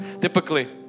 Typically